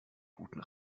guten